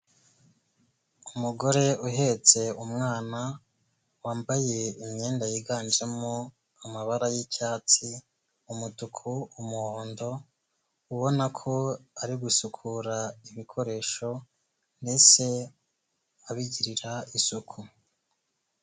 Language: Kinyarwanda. Umugore uhetse umwana, wambaye imyenda yiganjemo amabara y'icyatsi, umutuku, umuhondo, ubona ko ari gusukura ibikoresho ndetse abigirira isuku.